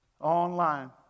online